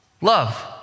love